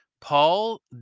Paul